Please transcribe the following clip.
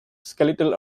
skeletal